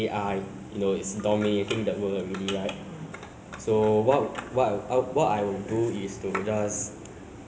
like hire some robots to go and do whatever things that is needed to do lah to that can earn me money is like